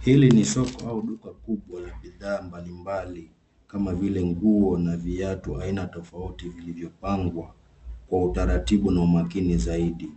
Hili ni soko au duka kubwa la bidhaa mbalimbali kama vile nguo na viatu aina tofauti kwa vilivyopangwa kwa utaratibu na umakini zaidi.